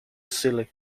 silly